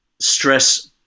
stress